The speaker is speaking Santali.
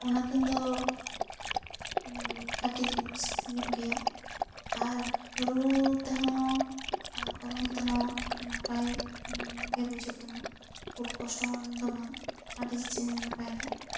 ᱚᱱᱟ ᱠᱤᱱ ᱫᱚ ᱠᱟᱹᱴᱤᱡ ᱧᱚᱜ ᱜᱮᱭᱟ ᱟᱨ ᱨᱩ ᱛᱮᱦᱚᱸ ᱟᱨ ᱚᱨᱚᱝ ᱛᱮᱦᱚᱸ ᱱᱟᱯᱟᱭ ᱜᱮ ᱵᱩᱡᱷᱟᱹᱜ ᱠᱟᱱᱟ ᱠᱷᱩᱵ ᱠᱚᱥᱴᱚ ᱫᱚ ᱵᱟᱝᱟ ᱟᱹᱰᱤ ᱪᱮ ᱱᱟᱯᱟᱭ ᱜᱮ